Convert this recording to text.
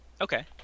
Okay